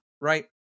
Right